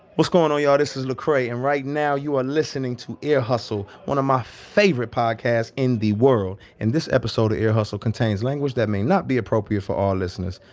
what's going on, y'all? this is lecrae, and right now you are listening to ear hustle, one of my favorite podcasts in the world, and this episode of ear hustle contains language that may not be appropriate for all listeners.